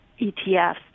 ETFs